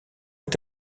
est